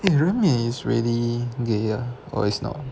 eh ren min is really gay ah or is not